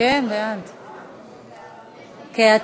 בריאות ממלכתי (תיקון מס' 56),